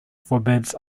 forbids